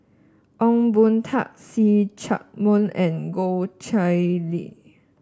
Ong Boon Tat See Chak Mun and Goh Chiew Lye